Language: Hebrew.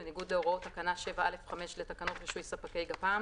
בניגוד להוראות תקנה 7(א)(5) לתקנות רישוי ספקי גפ"מ